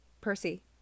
Percy